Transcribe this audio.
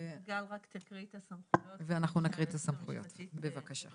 אנחנו נקריא את הסמכויות, בבקשה.